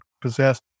possessed